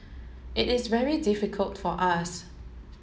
it is very difficult for us